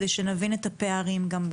כדי שנבין את הפערים גם.